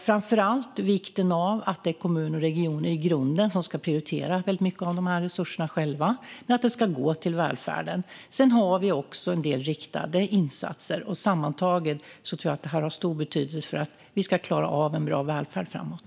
Framför allt är det viktigt att kommuner och regioner i grunden prioriterar väldigt mycket av dessa resurser själva, men de ska gå till välfärden. Sedan har vi också en del riktade insatser. Sammantaget tror jag att detta har stor betydelse för att vi ska klara av en bra välfärd framåt.